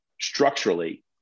structurally